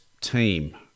team